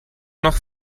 noch